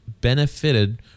benefited